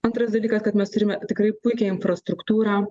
antras dalykas kad mes turime tikrai puikią infrastruktūrą